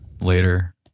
later